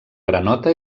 granota